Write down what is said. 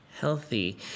healthy